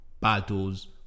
battles